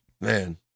man